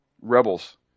rebels